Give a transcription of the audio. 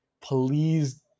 please